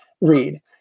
read